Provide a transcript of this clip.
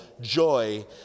joy